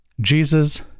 Jesus